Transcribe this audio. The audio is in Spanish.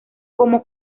como